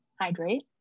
hydrate